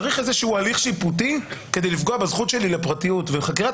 צריך איזשהו הליך שיפוטי כדי לפגוע בזכות שלי לפרטיות וחקירת